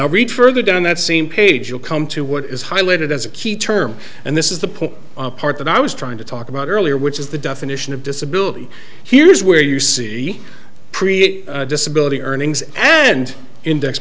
now read further down that same page will come to what is highlighted as a key term and this is the point part that i was trying to talk about earlier which is the definition of disability here's where you see disability earnings and index